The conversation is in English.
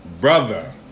brother